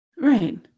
Right